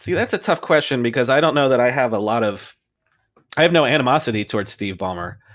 that's a tough question because i don't know that i have a lot of i have no animosity towards steve ballmer.